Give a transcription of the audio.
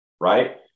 right